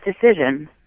decision